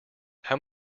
how